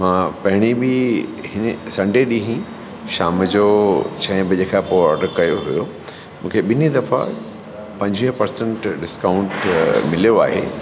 मां पहिरीं बि हिन संडे ॾींहं ई शाम जो छहे बजे खां पोइ ऑडर कयो हुयो मूंखे ॿिनी दफ़ा पंजवीह पर्सेंट डिस्काउंट मिलियो आहे